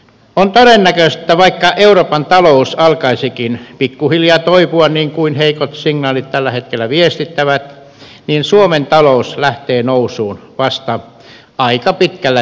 on todennäköistä että vaikka euroopan talous alkaisikin pikkuhiljaa toipua niin kuin heikot signaalit tällä hetkellä viestittävät niin suomen talous lähtee nousuun vasta aika pitkällä viiveellä